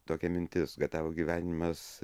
tokia mintis kad tavo gyvenimas